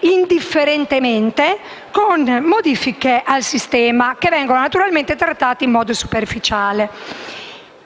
indifferentemente, con modifiche al sistema, che naturalmente vengono trattate in modo superficiale.